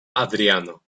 adriano